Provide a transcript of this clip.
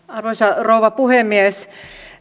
arvoisa rouva puhemies